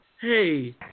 Hey